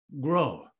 grow